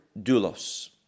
doulos